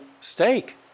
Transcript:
steak